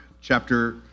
chapter